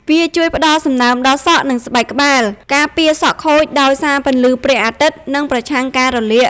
វាជួយផ្តល់សំណើមដល់សក់ និងស្បែកក្បាល ការពារសក់ខូចដោយសារពន្លឺព្រះអាទិត្យ និងប្រឆាំងការរលាក។